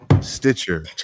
Stitcher